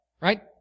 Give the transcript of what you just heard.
Right